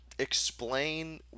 explain